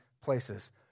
places